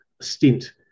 stint